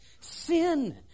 sin